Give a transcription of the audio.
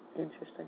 Interesting